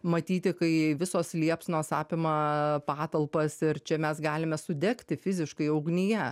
matyti kai visos liepsnos apima patalpas ir čia mes galime sudegti fiziškai ugnyje